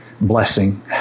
blessing